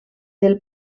del